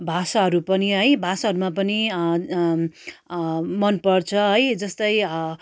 भाषाहरू पनि है भाषाहरूमा पनि मन पर्छ है जस्तै